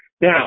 Now